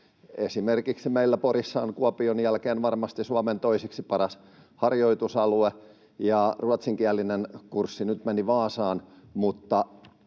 Esimerkiksi meillä Porissa on Kuopion jälkeen varmasti Suomen toiseksi paras harjoitusalue, ja ruotsinkielinen kurssi nyt meni Vaasaan, mutta